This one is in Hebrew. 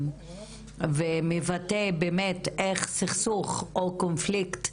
והוא מבטא באמת איך צריך להתנהל בסכסוך או קונפליקט,